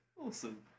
Awesome